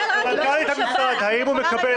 יש מבחני תמיכה שאנחנו תומכים.